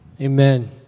Amen